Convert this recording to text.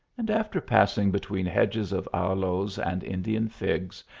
and after pass ing between hedges of aloes and indian figs,